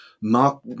mark